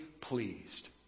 pleased